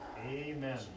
Amen